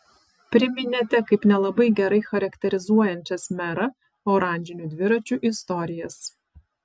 priminėte kaip nelabai gerai charakterizuojančias merą oranžinių dviračių istorijas